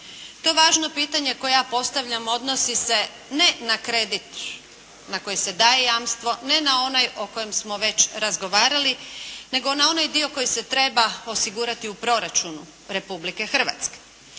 To važno pitanje koje ja postavljam odnosi se ne na kredit na koji se daje jamstvo, ne na onaj o kojem smo već razgovarali nego na onaj dio koji se treba osigurati u proračunu Republike Hrvatske.